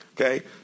Okay